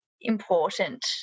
important